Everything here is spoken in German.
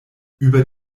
über